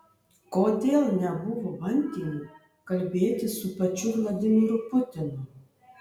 kodėl nebuvo bandymų kalbėti su pačiu vladimiru putinu